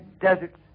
deserts